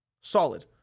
Solid